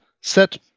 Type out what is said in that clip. set